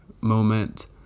moment